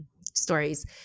stories